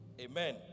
Amen